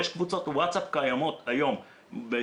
וכיום יש קבוצות וואטס אפ של מערכת